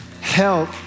help